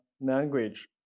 Language